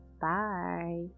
bye